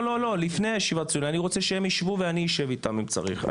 לפני הישיבה אני רוצה שהם ישבו ואני אשב איתם אם צריך.